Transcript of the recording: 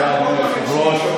לא שמעת אותי מדבר.